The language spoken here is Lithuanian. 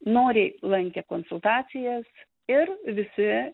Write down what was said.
noriai lankė konsultacijas ir visi